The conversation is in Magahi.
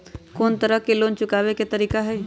कोन को तरह से लोन चुकावे के तरीका हई?